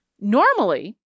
Normally